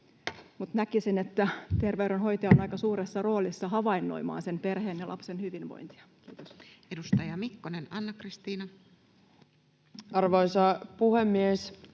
Näkisin, että terveydenhoitaja on aika suuressa roolissa havainnoimaan sen perheen ja lapsen hyvinvointia. — Kiitos. [Speech 170] Speaker: Toinen varapuhemies